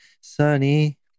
Sunny